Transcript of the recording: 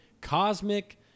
cosmic